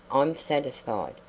i'm satisfied.